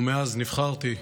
ומאז נבחרתי,